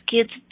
kids